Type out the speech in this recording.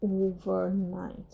overnight